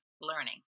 learning